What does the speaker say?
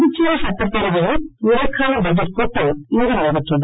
புதுச்சேரி சட்டப்பேரவையின் இடைக்கால பட்ஜெட் கூட்டம் இன்று நடைபெற்றது